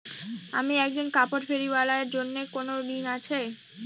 আমি একজন কাপড় ফেরীওয়ালা এর জন্য কোনো ঋণ আছে?